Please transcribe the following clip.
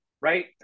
right